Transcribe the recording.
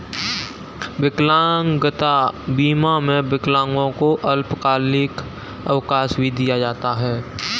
विकलांगता बीमा में विकलांगों को अल्पकालिक अवकाश भी दिया जाता है